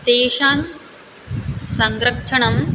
तेषां संरक्षणं